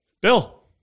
Bill